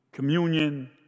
Communion